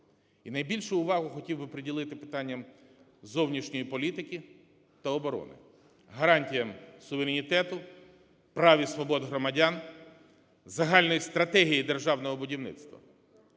найбільшу увагу хотів би приділити питанням зовнішньої політики та оборони, гарантіям суверенітету, прав і свобод громадян, загальної стратегії державного будівництва.